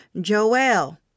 Joel